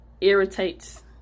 irritates